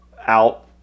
out